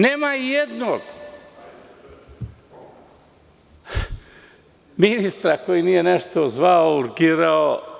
Nema jednog ministra koji nije nešto zvao, urgirao.